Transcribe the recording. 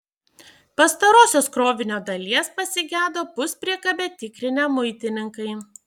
pastarosios krovinio dalies pasigedo puspriekabę tikrinę muitininkai